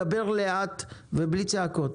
תדבר לאט ובלי צעקות.